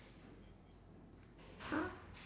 ha